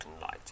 light